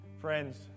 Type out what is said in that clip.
Friends